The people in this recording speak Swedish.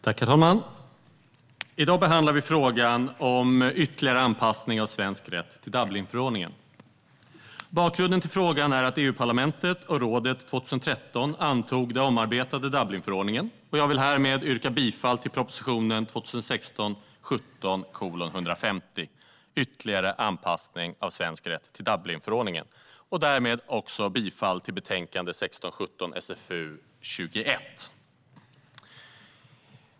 Herr talman! I dag behandlar vi frågan om ytterligare anpassning av svensk rätt till Dublinförordningen. Bakgrunden till frågan är att EU-parlamentet och rådet 2013 antog den omarbetade Dublinförordningen. Jag vill yrka bifall till propositionen 2016 17:SfU21.